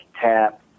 tap